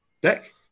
Deck